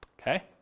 okay